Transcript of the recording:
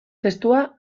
testua